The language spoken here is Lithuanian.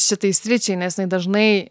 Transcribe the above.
šitai sričiai nes jinai dažnai